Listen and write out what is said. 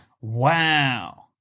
Wow